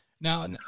Now